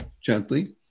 gently